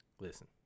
Listen